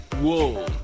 whoa